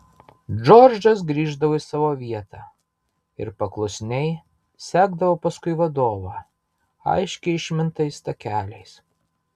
džordžas grįždavo į savo vietą ir paklusniai sekdavo paskui vadovą aiškiai išmintais takeliais